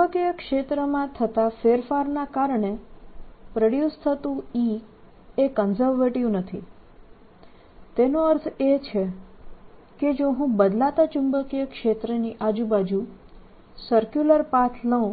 ચુંબકીય ક્ષેત્રમાં થતા ફેરફારના કારણે પ્રોડ્યુસ થતું E એ કન્ઝરવેટીવ નથી તેનો અર્થ એ છે કે જો હું બદલાતા ચુંબકીય ક્ષેત્રની આજુબાજુ સર્ક્યુલર પાથ લઉં